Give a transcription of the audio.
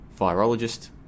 virologist